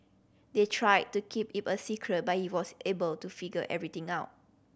they tried to keep a secret but he was able to figure everything out